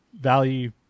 value